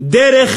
דרך